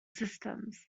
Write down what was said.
systems